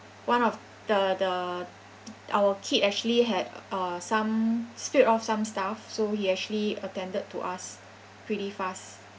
one of the the our kid actually had uh some spilled off some stuff so he actually attended to us pretty fast